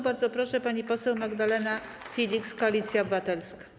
Bardzo proszę, pani poseł Magdalena Filiks, Koalicja Obywatelska.